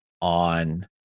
on